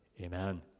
Amen